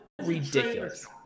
ridiculous